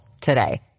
today